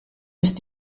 ist